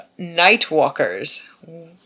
Nightwalkers